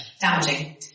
damaging